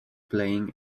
playing